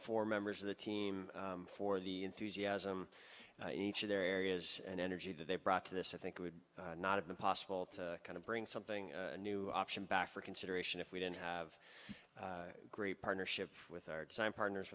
four members of the team for the enthusiasm each of their areas and energy that they brought to this i think would not have been possible to kind of bring something new option back for consideration if we didn't have a great partnership with our partners